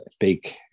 fake